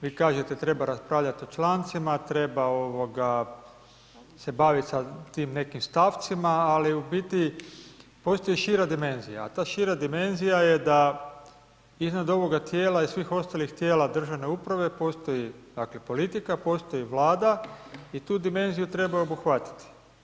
Vi kažete treba raspravljati o člancima, treba ovoga se bavit sa tim nekim stavcima, ali u biti postoji šira dimenzija, a ta šira dimenzija je da iznad ovoga tijela i svih ostalih tijela državne uprave postoji dakle politika, postoji Vlada i tu dimenziju treba i obuhvatiti.